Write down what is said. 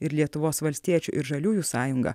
ir lietuvos valstiečių ir žaliųjų sąjungą